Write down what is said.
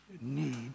need